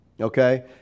Okay